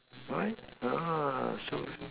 my Gosh so